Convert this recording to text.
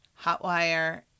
Hotwire